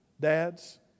Dads